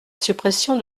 suppression